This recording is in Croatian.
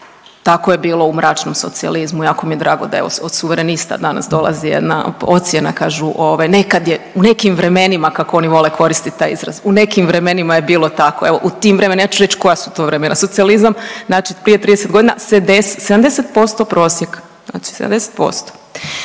tako je bilo u mračnom socijalizmu jako mi je drago da i od suverenista danas dolazi jedna ocjena, kažu ovaj nekad je u nekim vremenima kako oni vole koristiti taj izraz, u nekim vremenima je bilo tako, evo u tim vremenima, ja ću reći koja su to vremena, socijalizam znači prije 30 godina 70% prosjeka, znači 70%.